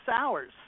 hours